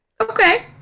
Okay